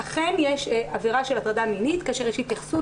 אכן יש עבירה של הטרדה מינית כאשר יש התייחסות